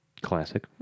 Classic